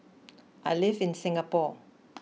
I live in Singapore